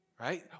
right